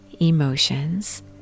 emotions